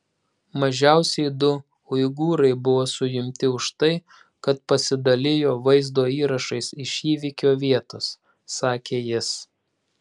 mažiausiai du uigūrai buvo suimti už tai kad pasidalijo vaizdo įrašais iš įvykio vietos sakė jis